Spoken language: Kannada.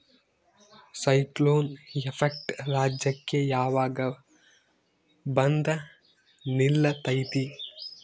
ಸೈಕ್ಲೋನ್ ಎಫೆಕ್ಟ್ ರಾಜ್ಯಕ್ಕೆ ಯಾವಾಗ ಬಂದ ನಿಲ್ಲತೈತಿ?